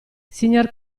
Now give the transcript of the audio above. signor